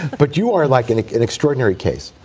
but you are, like, an an extraordinary case.